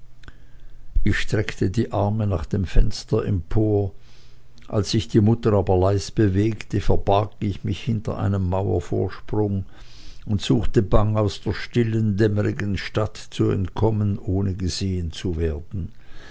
ich streckte die arme nach dem fenster empor als sich die mutter aber leis bewegte verbarg ich mich hinter einem mauervorsprung und suchte bang aus der stillen dämmerigen stadt zu entkommen ohne gesehen zu werden